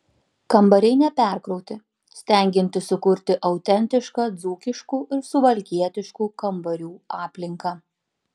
kambariai neperkrauti stengiantis sukurti autentišką dzūkiškų ir suvalkietiškų kambarių aplinką